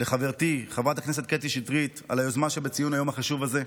לחברתי חברת הכנסת קטי שטרית על היוזמה שבציון היום החשוב הזה.